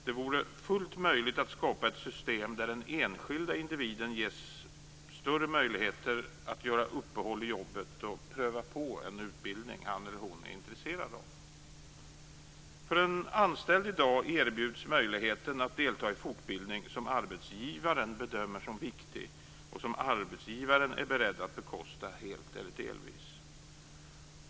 Det vore fullt möjligt att skapa ett system där den enskilda individen ges större möjligheter att göra uppehåll i arbetet och pröva på en utbildning han eller hon är intresserad av. En anställd i dag erbjuds möjligheten att delta i fortbildning som arbetsgivaren bedömer som viktig och som arbetsgivaren är beredd att bekosta helt eller delvis.